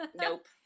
nope